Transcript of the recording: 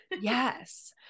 Yes